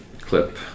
clip